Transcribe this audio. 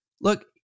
look